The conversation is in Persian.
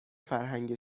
فرهنگ